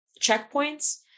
checkpoints